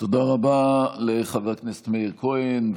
תודה רבה לחבר הכנסת מאיר כהן.